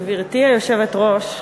גברתי היושבת-ראש,